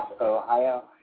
Ohio